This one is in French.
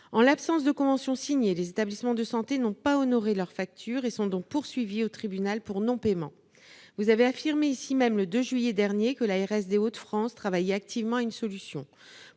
En l'absence de conventions signées, les établissements de santé n'ont pas honoré leurs factures et sont donc poursuivis au tribunal pour non-paiement. Vous avez affirmé ici même, le 2 juillet dernier, que l'agence régionale de santé (ARS) des Hauts-de-France travaillait activement à une solution.